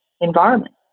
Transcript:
environment